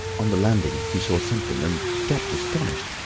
on the landing he saw something and stopped astonished.